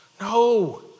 No